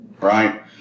right